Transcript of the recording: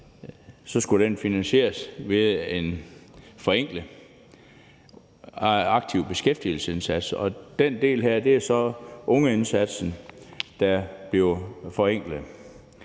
skulle finansieres ved en forenkling af aktiv beskæftigelsesindsats. Den del her er så ungeindsatsen, der bliver forenklet.